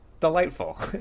delightful